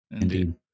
Indeed